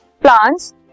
plants